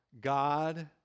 God